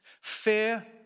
fear